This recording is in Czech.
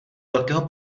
velkého